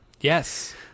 Yes